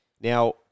Now